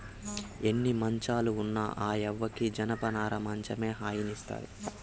ఎన్ని మంచాలు ఉన్న ఆ యవ్వకి జనపనార మంచమే హాయినిస్తాది